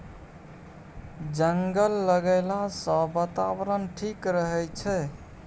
जंगल लगैला सँ बातावरण ठीक रहै छै